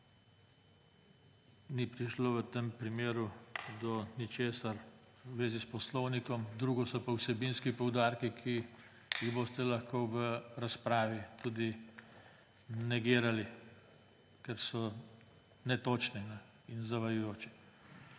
Ni prišlo v tem primeru do ničesar v zvezi s poslovnikom, drugo so pa vsebinski poudarki, ki jih boste lahko v razpravi tudi negirali, ker so netočni in zavajajoči.